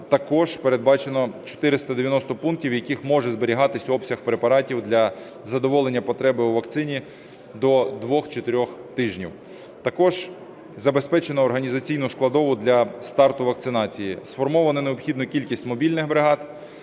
також передбачено 490 пунктів, в яких може зберігатися обсяг препаратів для задоволення потреби у вакцині до 2-4 тижнів. Також забезпечено організаційну складову для старту вакцинації. Сформовано необхідну кількість мобільних бригад,